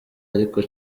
ariko